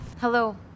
Hello